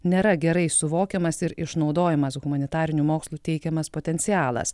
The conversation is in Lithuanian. nėra gerai suvokiamas ir išnaudojamas humanitarinių mokslų teikiamas potencialas